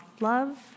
love